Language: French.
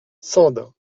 sand